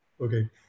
okay